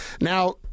Now